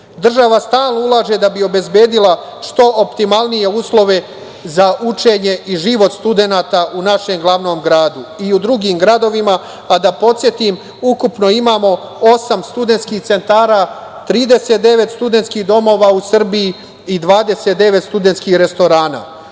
Država stalno ulaže da bi obezbedila što optimalnije uslove za učenje i život studenata u našem glavnom gradu i u drugim gradovima, a da podsetim, ukupno imamo osam studentskih centara, 39 studentskih domova u Srbiji i 29 studentskih restorana. Primera